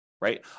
right